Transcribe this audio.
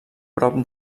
prop